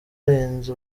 arenze